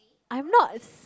I'm not